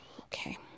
Okay